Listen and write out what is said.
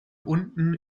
unten